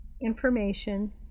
information